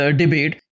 debate